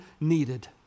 needed